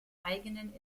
eigenen